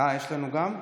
אה, יש גם לנו?